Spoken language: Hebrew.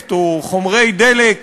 נפט או חומרי דלק